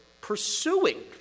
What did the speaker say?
pursuing